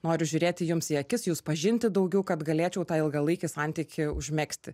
noriu žiūrėti jums į akis jus pažinti daugiau kad galėčiau tą ilgalaikį santykį užmegzti